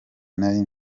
nari